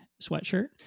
sweatshirt